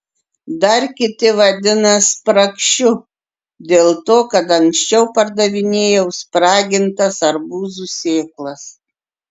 dar kiti vadina spragšiu dėl to kad anksčiau pardavinėjau spragintas arbūzų sėklas